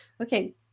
Okay